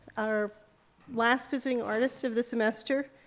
our last visiting artist of the semester,